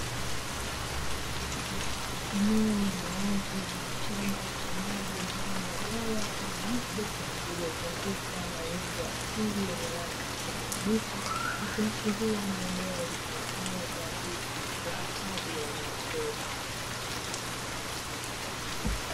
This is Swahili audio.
Eneo la wazi lenye chanzo cha maji mfano wa bwawa au mto uliozungukwa na uoto wa asili wenye rangi ya kijani kibichi nikiashiria ni eneo litokalo kwa ajili ya hifadhi ya wanyamapori.